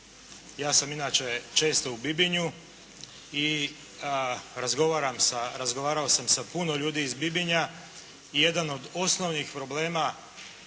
Ja sam inače često u Bibinju i razgovarao sam sa puno ljudi iz Bibinja i jedan od osnovnih problema